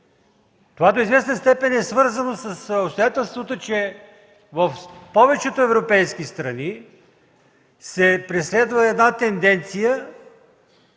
Това до известна степен е свързано с обстоятелството, че в повечето европейски страни се преследва една тенденция